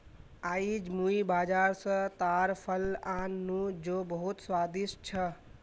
आईज मुई बाजार स ताड़ फल आन नु जो बहुत स्वादिष्ट छ